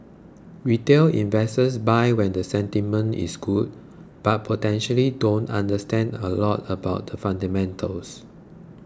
retail investors buy when the sentiment is good but potentially don't understand a lot about the fundamentals